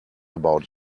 about